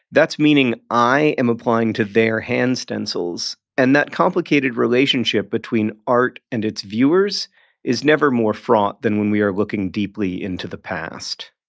that's meaning i am applying to their hand stencils and that complicated relationship between art and its viewers is never more fraught than when we are looking deeply into the past